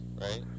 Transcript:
right